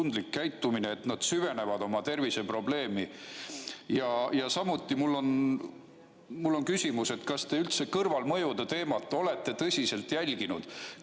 käitumine, et nad süvenevad oma terviseprobleemi. Ja samuti mul on küsimus, kas te üldse kõrvalmõjude teemat olete tõsiselt jälginud?